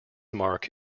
mark